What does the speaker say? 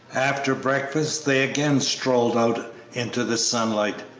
after breakfast they again strolled out into the sunlight,